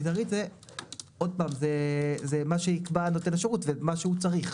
זה מה שיקבע נותן השירות ומה שהוא צריך.